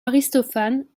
aristophane